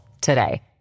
today